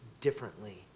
differently